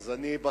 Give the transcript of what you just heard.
אז אני בסוף,